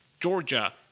Georgia